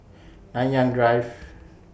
Nanyang Drive